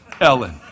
Ellen